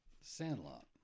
Sandlot